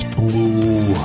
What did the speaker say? blue